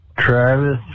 Travis